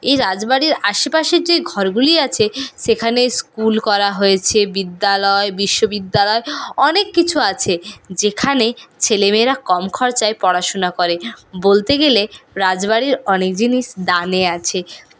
এই রাজবাড়ির আশেপাশের যে ঘরগুলি আছে সেখানে স্কুল করা হয়েছে বিদ্যালয় বিশ্ববিদ্যালয় অনেক কিছু আছে যেখানে ছেলে মেয়েরা কম খরচায় পড়াশোনা করে বলতে গেলে রাজবাড়ির অনেক জিনিস দানে আছে